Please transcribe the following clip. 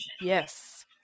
Yes